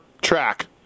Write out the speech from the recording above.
track